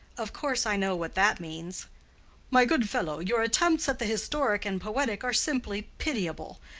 of course i know what that means my good fellow, your attempts at the historic and poetic are simply pitiable.